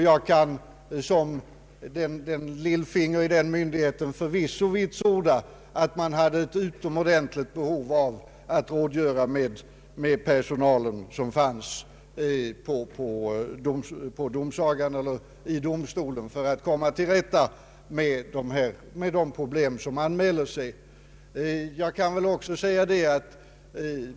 Jag kan som ”ett lillfinger” i den myndigheten förvisso vitsorda att man hade ett utomordentligt stort behov av att rådgöra med den personal som fanns i domstolen för att komma till rätta med de problem som uppstod.